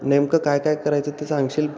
नेमकं काय काय करायचं ते सांगशील